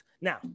Now